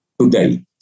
today